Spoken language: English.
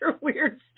weird